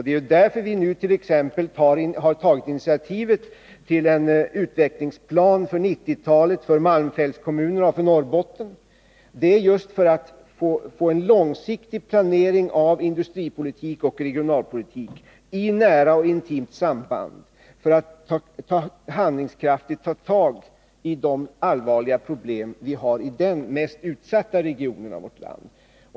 Det är därför vi nu t.ex. har tagit initiativet till en utvecklingsplan för 1990-talet för malmfältskommunerna i Norrbotten. Det har vi gjort just för att få en långsiktig planering av industripolitik och regionalpolitik i nära och intimt samband för att handlingskraftigt ta tag i de allvarliga problem vi har i den mest utsatta regionen av vårt land.